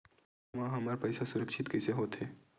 खाता मा हमर पईसा सुरक्षित कइसे हो थे?